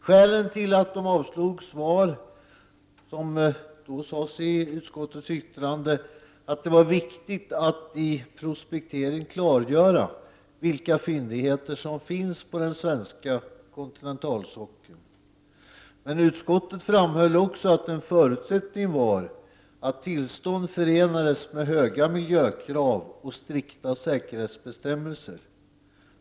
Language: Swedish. Skälen till att de avslogs var, vilket sades i utskottets yttrande, att det var viktigt att i prospekteringen klargöra vilka fyndigheter som finns på den svenska kontinentalsockeln. Men utskottet framhöll också att en förutsättning var att tillstånd förenades med höga miljökrav och strikta säkerhetsbestämmelser.